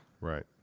Right